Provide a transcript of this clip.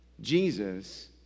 Jesus